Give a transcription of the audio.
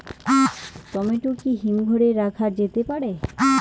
Tomato কি হিমঘর এ রাখা যেতে পারে?